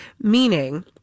meaning